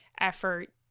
effort